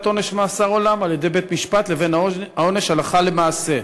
עונש מאסר עולם על-ידי בית-משפט לבין העונש הלכה למעשה.